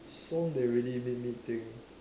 song that really made me think